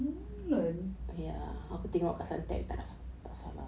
mulan